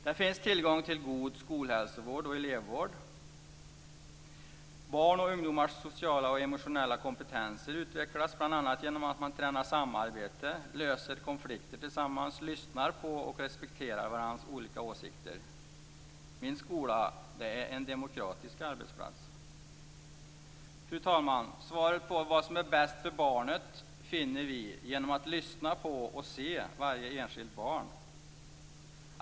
Där finns tillgång till god skolhälsovård och elevvård. Barns och ungdomars sociala och emotionella kompetenser utvecklas bl.a. genom att man tränar samarbete, löser konflikter tillsammans och lyssnar på och respekterar varandras olika åsikter. Min skola är en demokratisk arbetsplats. Fru talman! Svaret på frågan vad som är bäst för barnet finner vi genom att lyssna på och se varje enskilt barn.